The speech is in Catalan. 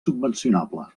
subvencionable